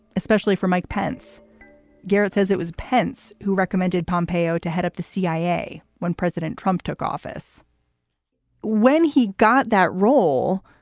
especially for mike pence garrett says it was pence who recommended pompeo to head up the cia when president trump took office when he got that role,